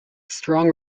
strong